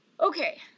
okay